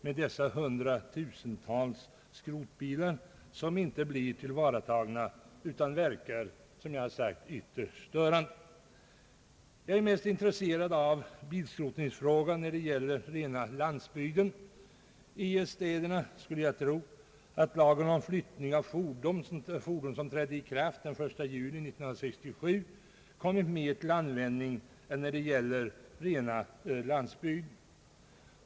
Nu finns hundratusentals skrotbilar som inte blir tillvaratagna utan verkar ytterst störande. Jag är mest intresserad av bilskrotningsfrågan när det gäller rena landsbygden. I städerna skulle jag tro att lagen om flyttning av fordon, som trädde i kraft den 1 juli 1967, kommit mer till användning än på rena landsbygden.